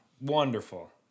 Wonderful